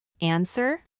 Answer